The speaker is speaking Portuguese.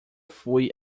fui